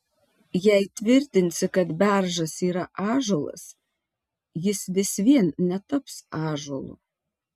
jei tvirtinsi kad beržas yra ąžuolas jis vis vien netaps ąžuolu